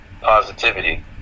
positivity